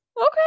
Okay